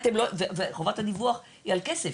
וחוות הדיווח היא על כסף.